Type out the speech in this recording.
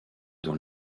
dans